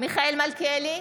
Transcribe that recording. מיכאל מלכיאלי,